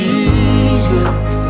Jesus